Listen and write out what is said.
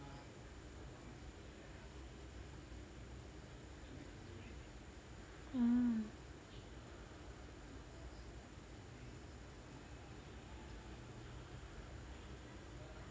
mm